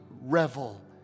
revel